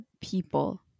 people